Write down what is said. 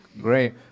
Great